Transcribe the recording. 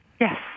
Yes